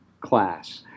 class